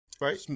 right